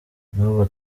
n’ubu